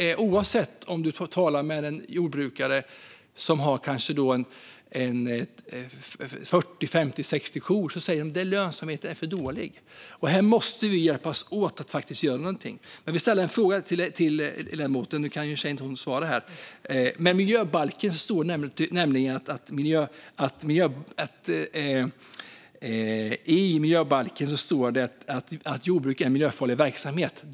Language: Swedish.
Även om en jordbrukare har 40, 50 eller 60 kor säger denne att lönsamheten är för dålig. Här måste vi hjälpas åt. Jag skulle vilja ställa en fråga till ledamoten, men nu kan hon inte svara. I miljöbalken står det att jordbruk är miljöfarlig verksamhet.